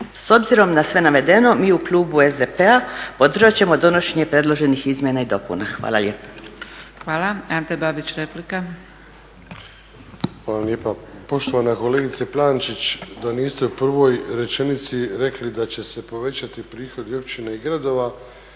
S obzirom na sve navedeno mi u klubu SDP-a podržat ćemo donošenje predloženih izmjena i dopuna. Hvala lijepa. **Zgrebec, Dragica (SDP)** Hvala. Ante Babić, replika. **Babić, Ante (HDZ)** Hvala lijepa. Poštovana kolegice Plančić, da niste u prvoj rečenici rekli da će se povećati prihodi općina i gradova